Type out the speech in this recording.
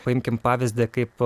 paimkime pavyzdį kaip